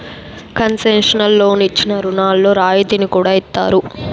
concessional లోన్లు ఇచ్చిన రుణాల్లో రాయితీని కూడా ఇత్తారు